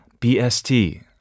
BST